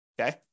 okay